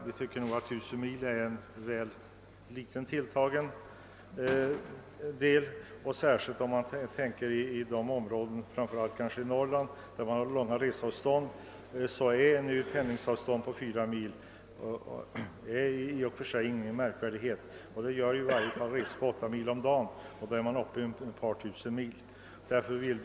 Vi tycker att 1 000-milsgränsen är för snävt tilltagen, speciellt med tanke på människorna i de områden, framför allt i Norrland, där reseavstånden är långa. Där är ett pendelavstånd på 4 mil ingenting märkvärdigt. Men det gör 8 mil om dagen, och då är man uppe i ett par tusen mil om året.